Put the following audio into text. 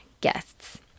guests